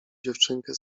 dziewczynkę